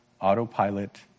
autopilot